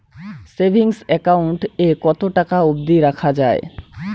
Savings account এ কতো টাকা অব্দি রাখা যায়?